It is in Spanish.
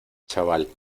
chaval